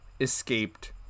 escaped